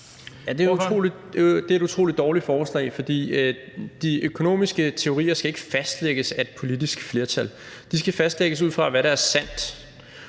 Det er et utrolig dårligt forslag, for de økonomiske teorier skal ikke fastlægges af et politisk flertal; de skal fastlægges ud fra, hvad der er sandt,